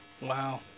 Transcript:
Wow